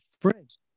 friends